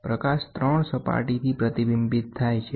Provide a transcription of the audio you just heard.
પ્રકાશ 3 સપાટીથી પ્રતિબિંબિત થાય છે